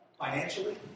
financially